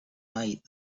night